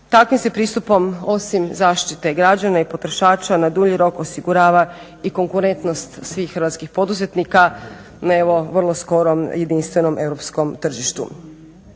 Takvim se pristupom osim zaštite građana i potrošača na dulji rok osigurava i konkurentnost svih hrvatskih poduzetnika na evo vrlo skorom jedinstvenom europskom tržištu.